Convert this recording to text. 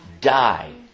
die